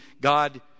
God